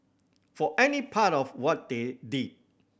for any part of what they did